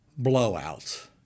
blowouts